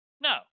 No